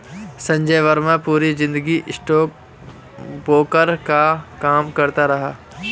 संजय वर्मा पूरी जिंदगी स्टॉकब्रोकर का काम करता रहा